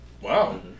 Wow